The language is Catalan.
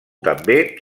també